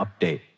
update